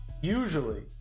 Usually